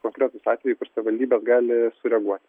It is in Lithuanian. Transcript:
konkretūs atvejai kur savivaldybė gali sureaguoti